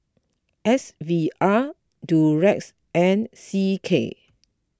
S V R Durex and C K